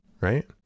right